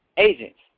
agents